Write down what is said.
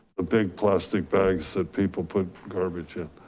the big plastic bags that people put garbage in.